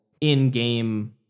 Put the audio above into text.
in-game